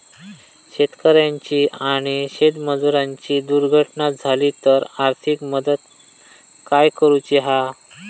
शेतकऱ्याची आणि शेतमजुराची दुर्घटना झाली तर आर्थिक मदत काय करूची हा?